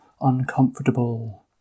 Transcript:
uncomfortable